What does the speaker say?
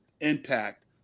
impact